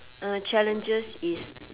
uh challenges is